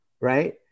right